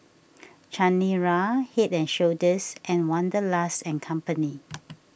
Chanira Head and Shoulders and Wanderlust and Company